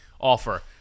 offer